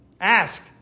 Ask